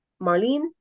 Marlene